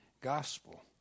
gospel